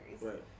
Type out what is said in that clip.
right